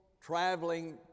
traveling